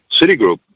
Citigroup